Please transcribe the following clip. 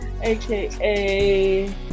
aka